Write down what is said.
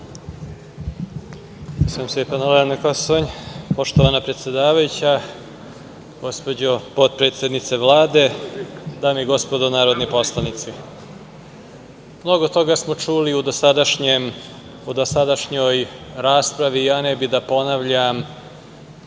Pastor. **Balint Pastor** Poštovana predsedavajuća, gospođo potpredsednice Vlade, dame i gospodo narodni poslanici, mnogo toga smo čuli u dosadašnjoj raspravi. Ja ne bih da ponavljam